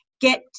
get